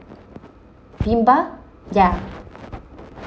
Bimba ya